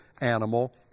animal